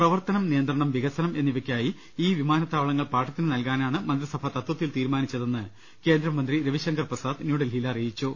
പ്രവർത്തനം നിയന്ത്രണം വികസനം എന്നിവ യ്ക്കായി ഈ വിമാനത്താവളങ്ങൾ പാട്ടത്തിന് നൽകാനാണ് മന്ത്രിസഭ തത്വ ത്തിൽ തീരുമാനിച്ചതെന്ന് കേന്ദ്രമന്ത്രി രവിശങ്കർ പ്രസാദ് ന്യൂഡൽഹിയിൽ അറിയിച്ചു